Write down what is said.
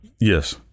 yes